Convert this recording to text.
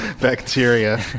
Bacteria